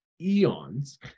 eons